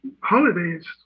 holidays